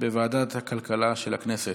לוועדת הכלכלה של הכנסת.